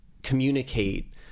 communicate